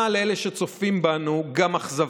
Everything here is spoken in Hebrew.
לאלה שצופים בנו גם אכזבה.